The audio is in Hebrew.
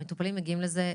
המטופלים מגיעים לזה,